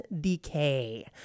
decay